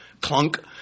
Clunk